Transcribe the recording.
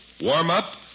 warm-up